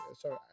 Sorry